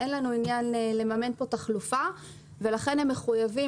אין לנו עניין לממן פה תחלופה ולכן הם מחויבים